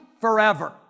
forever